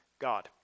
God